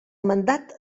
mandat